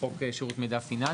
בחוק שירות מידע פיננסי,